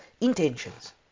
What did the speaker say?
intentions